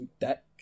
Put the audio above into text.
deck